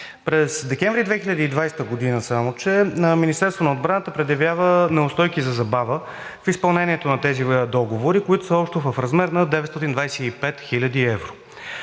През декември 2020 г. Министерството на отбраната предявява неустойки за забава в изпълнението на тези договори, които са общо в размер на 925 хил. евро.